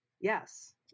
yes